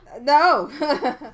no